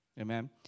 Amen